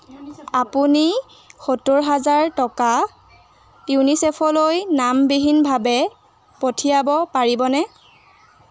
আপুনি সত্তৰ হাজাৰ টকা ইউনিচেফলৈ নামবিহীনভাৱে পঠিয়াব পাৰিবনে